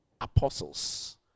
apostles